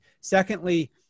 secondly